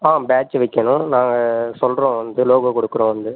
ஆ badge வைக்கணும் நாங்கள் சொல்கிறோம் வந்து லோகோ கொடுக்குறோம் வந்து